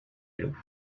vélos